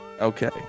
Okay